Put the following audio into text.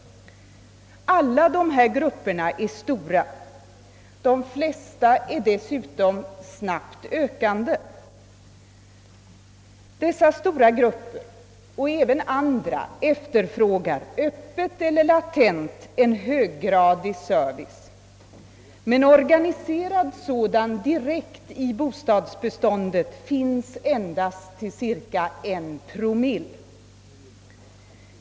Alla dessa grupper är stora, och de flesta växer dessutom. Dessa stora grupper — och även andra — efterfrågar öppet eller latent en höggradig service. Men organiserad sådan direkt i bostadsbeståndet finns endast till cirka 1 promille.